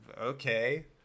okay